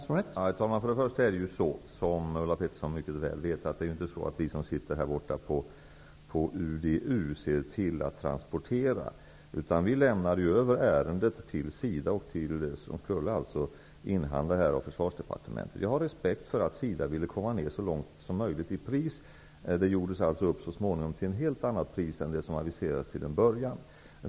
Herr talman! Det är ju inte så, som Ulla Pettersson mycket väl vet, att vi på UD U ser till att transportera. Vi lämnade över ärendet till SIDA som skulle inhandla av Försvarsdepartementet. Jag har respekt för att SIDA ville komma ned så långt som möjligt i pris. Affären gjordes så småningom upp till ett helt annat pris än det som aviserades från början.